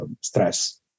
stress